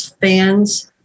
fans